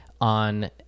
on